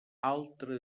altre